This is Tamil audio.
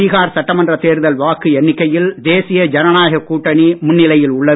பீகார் சட்டமன்ற தேர்தல் வாக்கு எண்ணிக்கையில் தேசிய ஜனநாயக கூட்டணி முன்னிலையில் உள்ளது